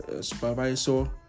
supervisor